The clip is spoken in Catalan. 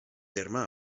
terme